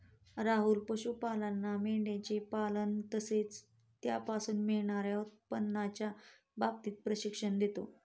राहुल पशुपालांना मेंढयांचे पालन तसेच त्यापासून मिळणार्या उत्पन्नाच्या बाबतीत प्रशिक्षण देतो